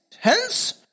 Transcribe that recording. hence